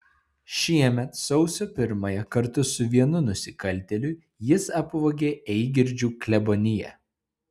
šiemet sausio pirmąją kartu su vienu nusikaltėliu jis apvogė eigirdžių kleboniją